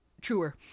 truer